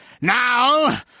Now